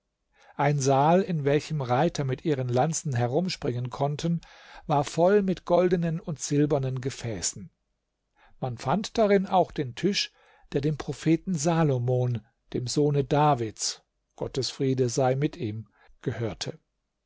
ein saal in welchem reiter mit ihren lanzen herumspringen konnten war voll mit goldenen und silbernen gefäßen man fand darin auch den tisch der dem propheten salomon dem sohne davids gottes